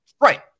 Right